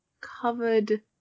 covered